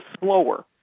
slower